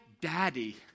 daddy